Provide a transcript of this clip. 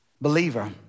Believer